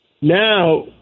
Now